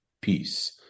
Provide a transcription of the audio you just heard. peace